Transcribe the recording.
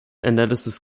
analysis